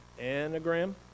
anagram